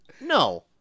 No